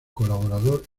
colaborador